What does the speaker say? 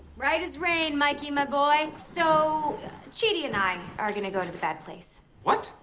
right as rain, mikey, my boy. so chidi and i are gonna go to the bad place. what?